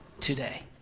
today